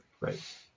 right